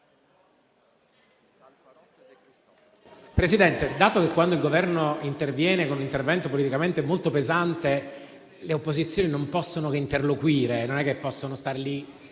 Presidente, quando il Governo interviene con un intervento politicamente molto pesante, le opposizioni non possono che interloquire, non è che possono star lì